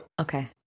okay